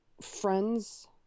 friends